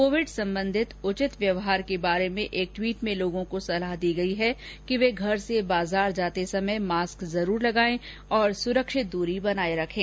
Covid संबंधित उचित व्यवहार के बारे में एक ट्वीट में लोगों को सलाह दी गई है कि वे घर से बाजार जाते समय मास्क जरूर लगाए रखें और सुरक्षित दूरी बनाए रखें